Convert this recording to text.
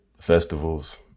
festivals